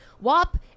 WAP